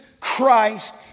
Christ